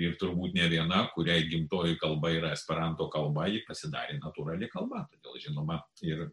ir turbūt nė viena kuriai gimtoji kalba yra esperanto kalba ji pasidarė natūrali kalba todėl žinoma ir